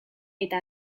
eta